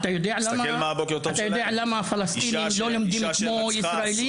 אתה יודע למה הפלסטינים לא לומדים כמו ישראלים?